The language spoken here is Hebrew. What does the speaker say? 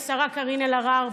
השרה קארין אלהרר,